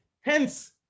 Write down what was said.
hence